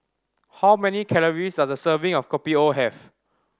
how many calories does a serving of Kopi O have